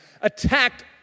attacked